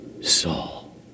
Saul